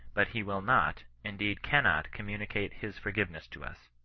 but he wul not, indeed cannot communicate his forgiveness to us.